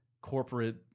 corporate